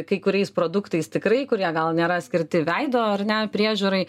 kai kuriais produktais tikrai kurie gal nėra skirti veido ar ne priežiūrai